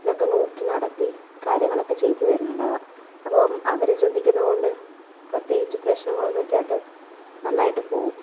ഇതൊക്കെ നോക്കി നടത്തി കാര്യങ്ങളൊക്കെ ചെയ്തു തരുന്നുണ്ടാവുക അപ്പോൾ അവർ ശ്രദ്ധിക്കുന്നതുകൊണ്ട് പ്രത്യേകിച്ച് പ്രശ്നങ്ങളൊന്നും ഇല്ലാണ്ട് നന്നായിട്ട് പോകും